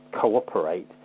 cooperate